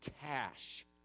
cash